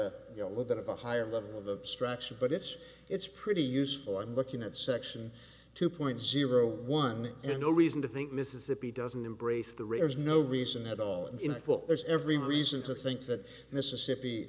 a little bit of a higher level of abstraction but it's it's pretty useful in looking at section two point zero one and zero reason to think mississippi doesn't embrace the rate is no reason at all in will there's every reason to think that mississippi